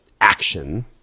action